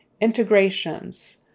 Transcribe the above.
Integrations